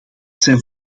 zijn